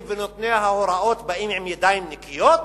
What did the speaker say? ונותני ההוראות באים בידיים נקיות?